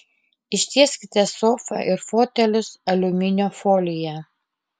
ištieskite sofą ir fotelius aliuminio folija